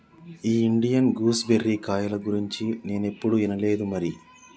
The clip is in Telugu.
ఈ ఇండియన్ గూస్ బెర్రీ కాయల గురించి నేనేప్పుడు ఇనలేదు మరి